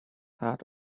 heart